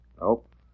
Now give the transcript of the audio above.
Nope